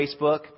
Facebook